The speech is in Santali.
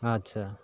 ᱟᱪᱪᱷᱟ